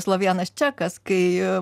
slovėnas čekas kai